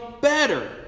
better